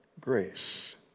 grace